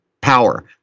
power